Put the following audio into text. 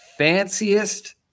fanciest